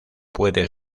puede